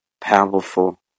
Powerful